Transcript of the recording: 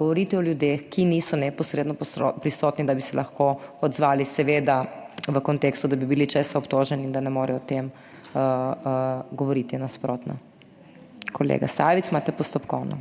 Govoriti o ljudeh, ki niso neposredno prisotni, da bi se lahko odzvali, seveda v kontekstu, da bi bili česa obtoženi in da ne morejo o tem govoriti nasprotno. Kolega Sajovic, imate postopkovno.